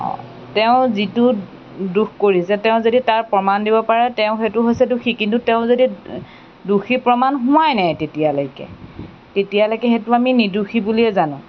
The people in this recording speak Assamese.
তেওঁ যিটো দোষ কৰিছে তেওঁ যদি তাৰ প্ৰমাণ দিব পাৰে তেওঁ সেইটো হৈছে দোষী কিন্তু তেওঁ যদি দোষী প্ৰমাণ হোৱাই নাই তেতিয়ালৈকে তেতিয়ালৈকে সেইটো আমি নিৰ্দোষী বুলিয়েই জানোঁ